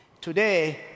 Today